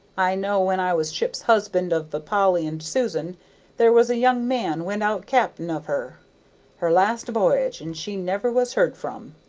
i know when i was ship's husband of the polly and susan there was a young man went out cap'n of her her last voyage, and she never was heard from.